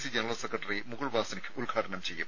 C general secretary Mukul Wasnik ഉദ്ഘാടനം ചെയ്യും